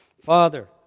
Father